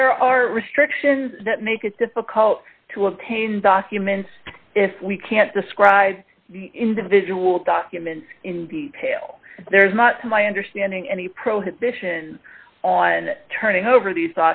there are restrictions that make it difficult to obtain documents if we can't describe the individual documents in detail there's not to my understanding any pro had bishan on turning over these